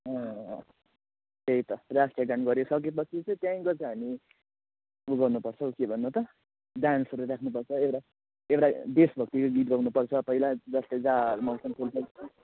अँ त्यही त राष्ट्रिय गान गरिसकेपछि चाहिँ त्यहाँदेखिको चाहिँ हामी उ गर्नुपर्छ हौ के भन त डान्सहरू राख्नुपर्छ एउटा एउटा देशभक्तिको गीत गाउनुपर्छ पहिला जसले